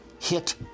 hit